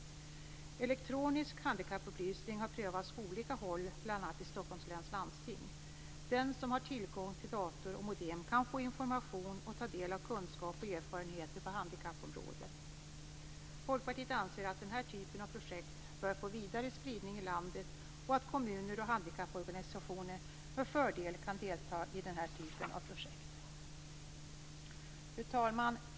Elektronisk handikappupplysning har prövats på olika håll, bl.a. i Stockholms läns landsting. Den som har tillgång till dator och modem kan få information och ta del av kunskap och erfarenheter på handikappområdet. Folkpartiet anser att den här typen av projekt bör få vidare spridning i landet och att kommuner och handikapporganisationer med fördel kan delta i dem. Fru talman!